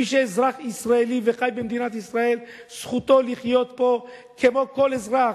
מי שהוא אזרח ישראלי וחי במדינת ישראל זכותו לחיות פה כמו כל אזרח,